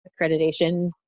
accreditation